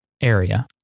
area